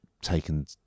taken